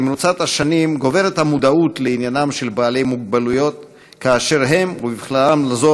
במרוצת השנים גוברת המודעות לעניינם של אנשים עם מוגבלות באשר הם,